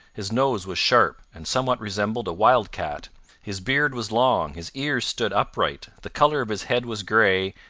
his nose was sharp, and somewhat resembled a wildcat his beard was long, his ears stood upright, the colour of his head was grey,